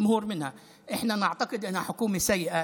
(אני חושב, אני חושב בביטחון שהממשלה של נתניהו,